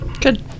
good